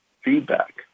feedback